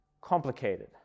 complicated